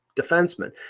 defenseman